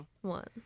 one